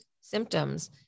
symptoms